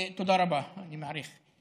תודה רבה, אני מעריך.